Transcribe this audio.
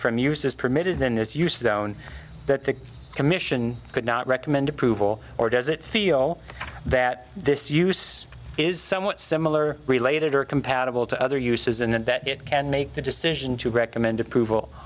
from use is permitted then this used down that the commission could not recommend approval or does it feel that this use is somewhat similar related or compatible to other uses and that it can make the decision to recommend approval